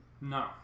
No